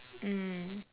mm